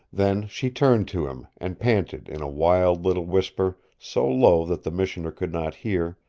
then she turned to him, and panted in a wild little whisper, so low that the missioner could not hear